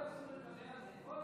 לא יכלו לעשות את זה קודם?